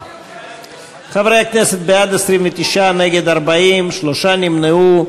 חברי הכנסת, בעד, 29, נגד, 40, שלושה נמנעו.